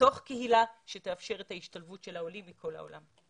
בתוך קהילה שתאפשר את ההשתלבות של העולים מכל העולם.